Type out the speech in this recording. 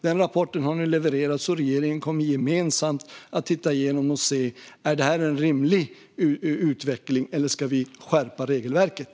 Den rapporten har nu levererats, och regeringen kommer gemensamt att se över om detta är en rimlig utveckling eller om vi ska skärpa regelverket.